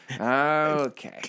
okay